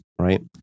right